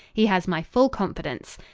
he has my full confidence,